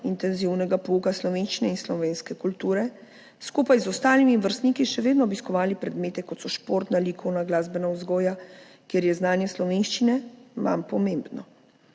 intenzivnega pouka slovenščine in slovenske kulture skupaj z ostalimi vrstniki še vedno obiskovali predmete, kot so športna, likovna, glasbena vzgoja, kjer je znanje slovenščine manj pomembno.